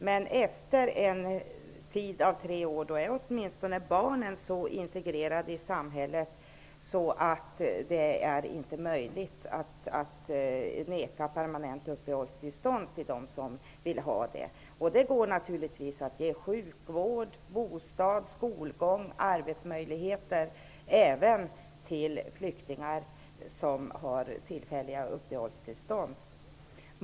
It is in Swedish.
Men efter en tid av tre år är åtminstone barnen så integrerade i samhället att det inte är möjligt att neka dem som vill ha det permanent uppehållstillstånd. Det går naturligtvis att ge sjukvård, bostad, skolgång och arbetsmöjligheter även till flyktingar som har tillfälliga uppehållstillstånd.